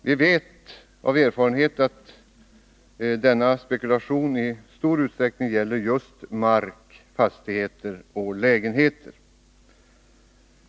Vi vet av erfarenhet att denna spekulation i stor utsträckning gäller just i mark, fastigheter och lägenheter.